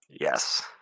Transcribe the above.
Yes